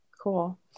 Cool